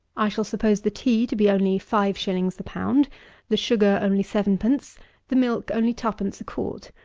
i shall suppose the tea to be only five shillings the pound the sugar only sevenpence the milk only twopence a quart.